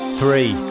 three